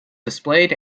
displayed